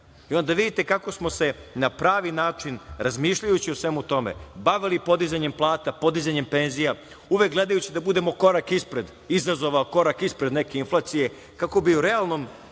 vidite kako smo se na pravi način, razmišljajući o svemu tome, bavili podizanjem plata, podizanjem penzija, uvek gledajući da budemo korak ispred izazova, korak ispred neke inflacije, kako bi u realnom